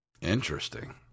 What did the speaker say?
Interesting